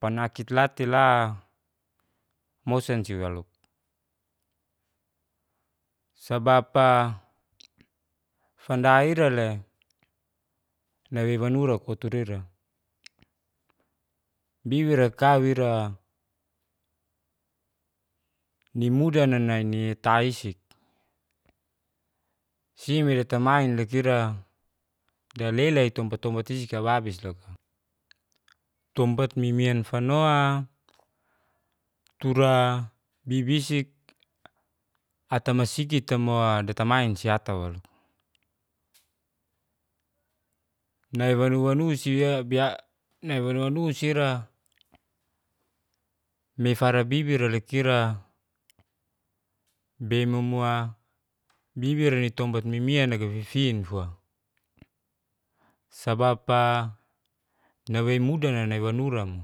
panakitla tei la mosansi walo. Sabab'a fanda ira le nawe wanura kutura ira, bibir'a kawir'a nimuda nanaini taisik simeda tamainla kira dalela di tpmta-tompat itu kau babis loka, tompat mimmian fanoa tura bibisik atamasigit tamoa detamain siatak walo. nai wanu-wanusi ra mefara bibirle kira bemomua bibir ditempat mimianaga fifinfua. Sabab'a nawe mudana nawe wanura mo.